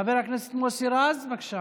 חבר הכנסת מוסי רז, בבקשה.